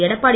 Edappadi